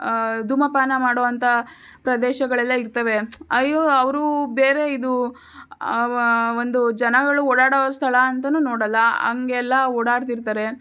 ಧೂಮಪಾನ ಮಾಡೋಂಥ ಪ್ರದೇಶಗಳೆಲ್ಲ ಇರ್ತವೆ ಅಯ್ಯೋ ಅವರು ಬೇರೆ ಇದು ಒಂದು ಜನಗಳು ಓಡಾಡೋ ಸ್ಥಳ ಅಂತನೂ ನೋಡೋಲ್ಲ ಹಂಗೆಲ್ಲ ಓಡಾಡ್ತಿರ್ತಾರೆ